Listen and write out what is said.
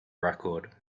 record